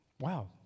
Wow